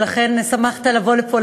ולכן שמחת לבוא לפה,